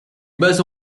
bas